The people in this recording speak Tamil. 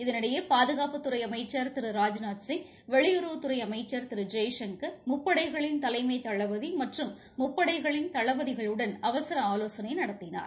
இதனிடையே பாதுகாப்புத்துறை அமைச்சர் திரு ராஜ்நாத்சிங் வெளியுறவுத்துறை அமைச்சர் திரு ஜெய்சங்கா் முப்படைகளின் தலைமை தளபதி மற்றும் முப்படைகளின் தளபதிகளுடன் அவசர ஆலோசனை நடத்தினார்